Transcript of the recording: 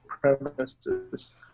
premises